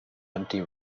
empty